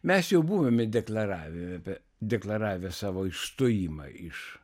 mes jau buvome deklaravę deklaravę savo išstojimą iš